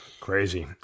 Crazy